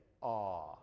Awe